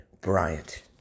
Bryant